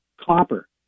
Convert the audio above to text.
copper